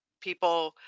people